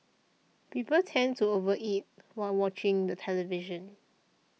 people tend to over eat while watching the television